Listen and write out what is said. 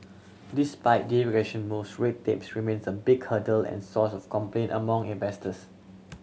despite deregulation moves red tape remains a big hurdle and source of complaint among investors